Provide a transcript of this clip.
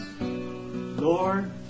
Lord